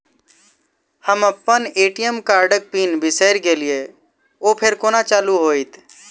हम अप्पन ए.टी.एम कार्डक पिन बिसैर गेलियै ओ फेर कोना चालु होइत?